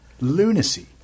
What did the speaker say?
Lunacy